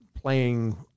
playing